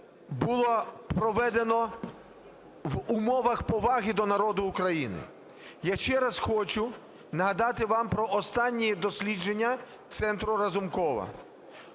було проведено в умовах поваги до народу України. Я ще раз хочу нагадати вам про останнє дослідження Центру Разумкова: